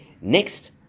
Next